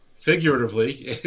figuratively